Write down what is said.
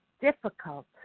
difficult